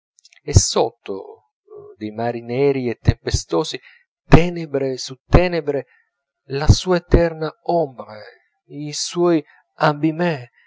e sotto dei mari neri e tempestosi tenebre su tenebre la sua eterna ombre i suoi abmes i